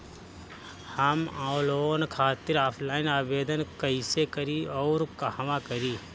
हम लोन खातिर ऑफलाइन आवेदन कइसे करि अउर कहवा करी?